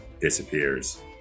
disappears